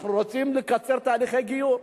אנחנו רוצים לקצר תהליכי גיור.